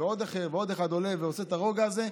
ועוד אחד עולה ועושה את הרוגע הזה,